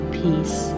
peace